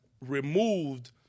removed